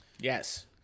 Yes